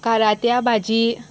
कारात्या भाजी